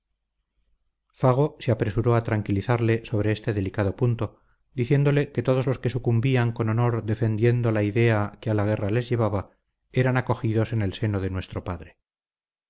se apresuró a tranquilizarle sobre este delicado punto diciéndole que todos los que sucumbían con honor defendiendo la idea que a la guerra les llevaba eran acogidos en el seno de nuestro padre